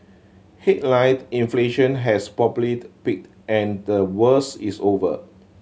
headline inflation has probably peaked and the worst is over